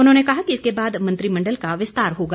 उन्होंने कहा कि इसके बाद मंत्रिमंडल का विस्तार होगा